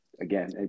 again